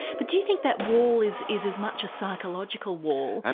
but do you think that wall is is as much a psychological wall,